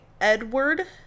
edward